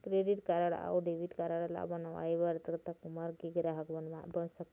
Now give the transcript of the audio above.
Credit card अऊ debit card ला बनवाए बर कतक उमर के ग्राहक बनवा सका थे?